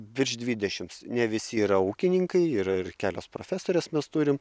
virš dvidešimt ne visi yra ūkininkai yra ir kelios profesorės mes turim